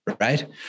Right